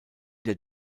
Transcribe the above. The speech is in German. der